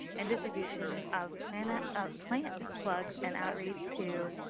and distribution of plant of plant plugs and outreach to